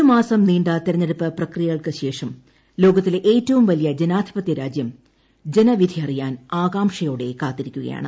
ഒരു മാസം നീണ്ട തെരഞ്ഞെടുപ്പ് പ്രക്രിയക്കുശേഷം ലോകത്തിലെ ഏറ്റവും വലിയ ജനാധിപത്യ രാജ്യം ജനവിധി അറിയാൻ ആകാംക്ഷയോടെ കാത്തിരിക്കുകയാണ്